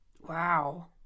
wow